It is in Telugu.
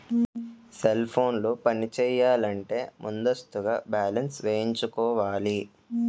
సెల్ ఫోన్లు పనిచేయాలంటే ముందస్తుగా బ్యాలెన్స్ వేయించుకోవాలి